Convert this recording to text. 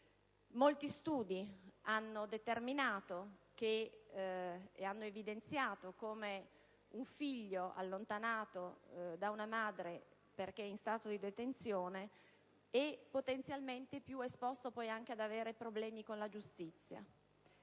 Molti studi hanno evidenziato, infatti, come un figlio allontanato da una madre perché in stato di detenzione sia potenzialmente più esposto poi anche ad avere problemi con la giustizia.